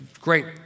great